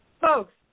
Folks